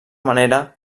manera